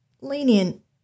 lenient